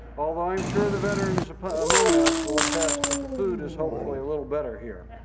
although i'm sure the veterans among us will attest that the food is hopefully a little better here.